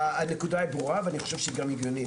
הנקודה ברורה ואני חושב שהיא גם הגיונית.